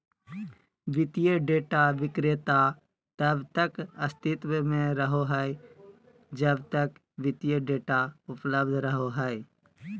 वित्तीय डेटा विक्रेता तब तक अस्तित्व में रहो हइ जब तक वित्तीय डेटा उपलब्ध रहो हइ